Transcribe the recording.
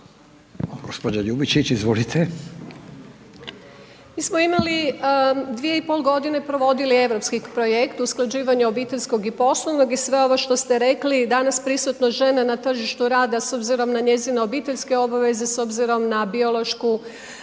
**Ljubičić, Višnja** mi smo imali 2,5 g. provodili europski projekt o usklađivanju obiteljskog i poslovnog i sve ovo što ste rekli, danas prisutne žene na tržištu rada s obzirom da njezine obiteljske obaveze, s obzirom na biološku